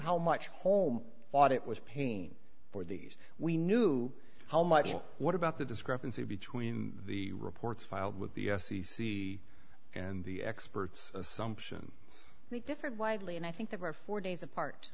how much home thought it was pain for these we knew how much and what about the discrepancy between the reports filed with the f c c and the experts assumption we differed widely and i think there were four days apart